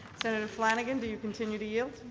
senator flanagan, do you continue to yield?